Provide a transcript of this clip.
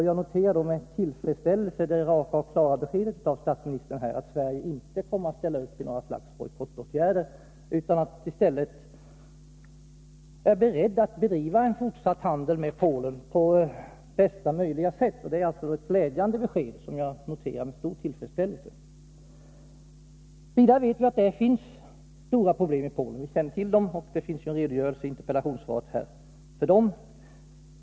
Jag noterar med tillfredsställelse det raka och klara beskedet av statsministern, att Sverige inte kommer att ställa upp i några slags bojkottåtgärder utan i stället är berett att bedriva en fortsatt handel med Polen på bästa möjliga sätt. Det är alltså ett glädjande besked, som jag noterar med stor tillfredsställelse. Vidare vet vi att det finns stora problem i Polen, och det finns en redogörelse för dem i svaret.